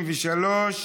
33)